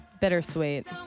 Bittersweet